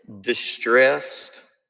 distressed